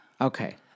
Okay